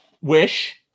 wish